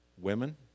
women